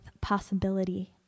possibility